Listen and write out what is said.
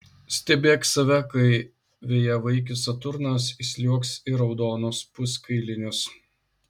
stebėk save kai vėjavaikis saturnas įsliuogs į raudonus puskailinius